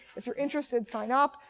if you're interested, sign up.